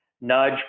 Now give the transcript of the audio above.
nudge